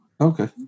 Okay